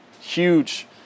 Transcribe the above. huge